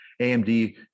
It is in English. AMD